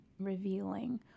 revealing